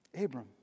Abram